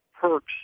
perks